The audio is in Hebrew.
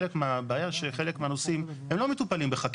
חלק מהבעיה שחלק מהנושאים הם לא מטופלים בחקיקה.